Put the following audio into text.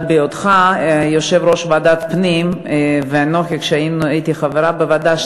אבל בהיותך יושב-ראש ועדת הפנים וכשאנוכי הייתי חברה בוועדה,